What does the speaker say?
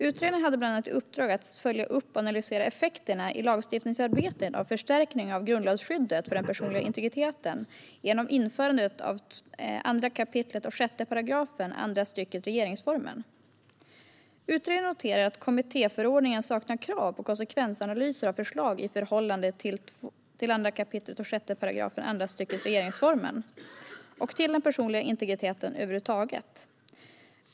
Utredaren hade i uppdrag att bland annat följa upp och analysera effekterna på lagstiftningsarbetet av förstärkningar av grundlagsskyddet för den personliga integriteten genom införandet av 2 kap. 6 § andra stycket regeringsformen. Utredaren noterar att kommittéförordningen saknar krav på konsekvensanalys av förslag i förhållande till 2 kap. 6 § andra stycket regeringsformen och till den personliga integriteten över huvud taget.